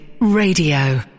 Radio